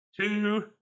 Two